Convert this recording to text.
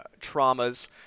traumas